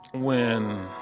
when